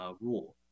，rule